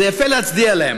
זה יפה להצדיע להם,